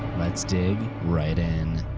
let's dig right in.